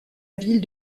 ville